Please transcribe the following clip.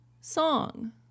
song